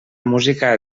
música